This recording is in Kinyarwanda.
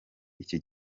iki